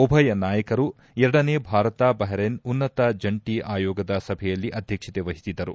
ಉಭಯ ನಾಯಕರು ಎರಡನೇ ಭಾರತ ಬಹರೈನ್ ಉನ್ನತ ಜಂಟಿ ಆಯೋಗದ ಸಭೆಯಲ್ಲಿ ಅಧ್ಯಕ್ಷತೆ ವಹಿಸಿದ್ದರು